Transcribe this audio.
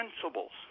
principles